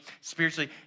spiritually